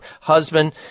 husband